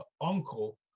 uncle